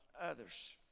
others